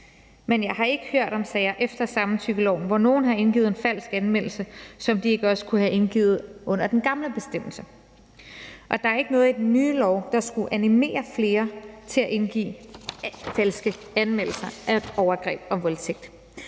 men jeg har ikke hørt om sager efter samtykkeloven, hvor nogen har indgivet en falsk anmeldelse, som de ikke også kunne have indgivet under den gamle bestemmelse, og der er ikke noget i den nye lov, der skulle animere flere til at indgive falske anmeldelser af overgreb og voldtægt.